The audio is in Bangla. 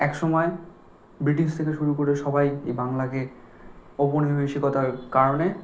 এক সময় ব্রিটিশ থেকে শুরু করে সবাই এই বাংলাকে ঔপনিবেশিকতার কারণে